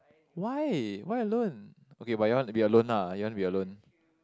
why why alone okay but you want to be alone lah you want to be alone